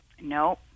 No